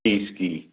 तीस की